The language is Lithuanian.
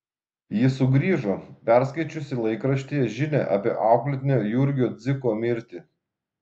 ji sugrįžo perskaičiusi laikraštyje žinią apie auklėtinio jurgio dziko mirtį